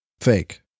fake